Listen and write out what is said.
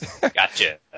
Gotcha